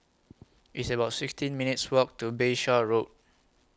It's about sixteen minutes' Walk to Bayshore Road